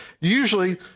Usually